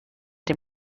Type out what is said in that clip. dem